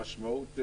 המשמעות,